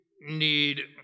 need